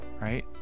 right